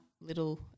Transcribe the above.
little